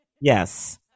Yes